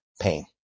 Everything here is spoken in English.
pain